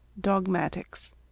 dogmatics